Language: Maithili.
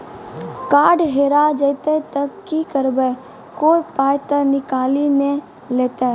कार्ड हेरा जइतै तऽ की करवै, कोय पाय तऽ निकालि नै लेतै?